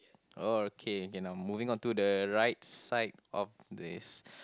oh okay K now moving on to the right side of this